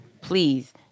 please